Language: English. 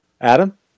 Adam